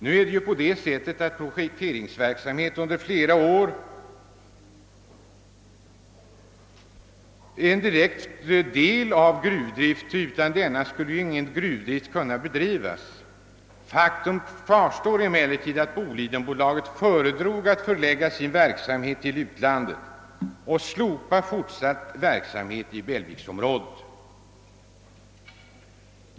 Nu är det ju på det sättet att projekteringsverksamhet under flera år är en direkt del av gruvdrift. Utan denna skulle ju ingen gruvdrift kunna bedrivas. Faktum kvarstår emellertid, att Bolidenbolaget föredrog att förlägga sin verksamhet till utlandet och slopa fortsatt verksamhet i Bellviksbergsområdet.